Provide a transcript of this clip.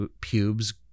pubes